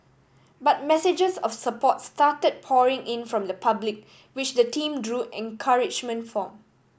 but messages of support started pouring in from the public which the team drew encouragement form